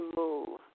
move